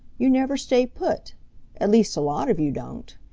you never stay put at least a lot of you don't.